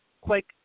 quick